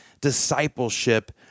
discipleship